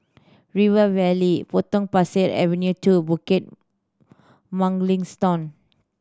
River Valley Potong Pasir Avenue Two Bukit Mugliston